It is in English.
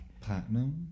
Platinum